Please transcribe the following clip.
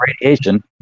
radiation